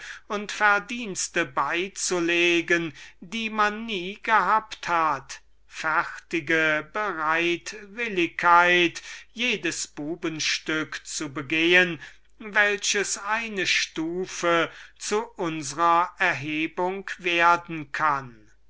und verdienste beizulegen die man nie gehabt hat fertige bereitwilligkeit jedes bubenstück zu begehen welches eine stufe zu unsrer erhebung werden kann